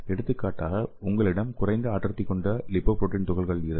எடுத்துக்காட்டாக உங்களிடம் குறைந்த அடர்த்தி கொண்ட லிப்போபுரோட்டீன் துகள்கள் இருந்தால் அது எல்